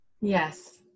Yes